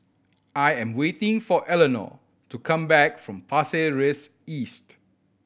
I am waiting for Eleonore to come back from Pasir Ris East